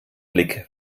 blick